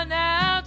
now